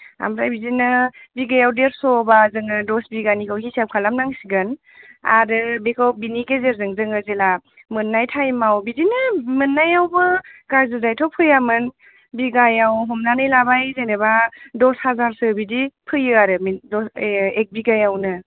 ओमफ्राय बिदिनो बिगायाव देरस' बा जोङो दस बिगानिखौ हिसाब खालामनांसिगोन आरो बेखौ बेनि गेजेरजों जोङो जेला मोननाय टाइमाव बिदिनो मोननायावबो गाज्रिद्राय थ' फैयामोन बिगायाव हमनानै लाबाय जेनेबा दस हाजारसो बिदि फैयो आरो एक बिगायावनो